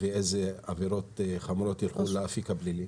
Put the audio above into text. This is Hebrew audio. ואיזה עבירות חמורות ילכו לאפיק הפלילי?